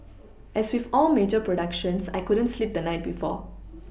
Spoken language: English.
as with all major productions I couldn't sleep the night before